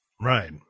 right